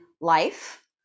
life